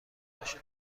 باشه